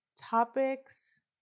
topics